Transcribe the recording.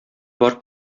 бар